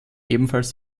ebenfalls